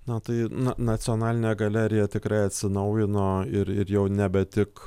na tai na nacionalinė galerija tikrai atsinaujino ir ir jau nebe tik